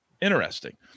interesting